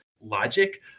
logic